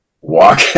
walk